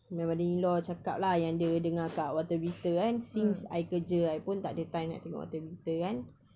my mother-in-law cakap lah yang dia dengar dekat warta berita kan since I kerja I pun tak ada time nak tengok warta berita kan